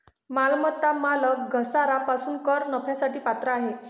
मालमत्ता मालक घसारा पासून कर नफ्यासाठी पात्र आहे